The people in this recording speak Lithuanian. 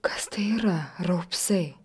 kas tai yra raupsai